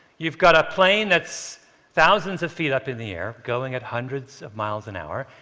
you've got a plane that's thousands of feet up in the air, going at hundreds of miles an hour,